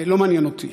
לא מעניין אותי.